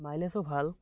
মাইলেছো ভাল